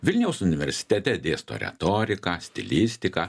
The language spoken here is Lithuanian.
vilniaus universitete dėsto retoriką stilistiką